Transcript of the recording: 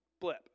blip